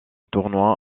tournoi